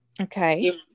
Okay